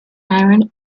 iron